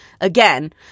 Again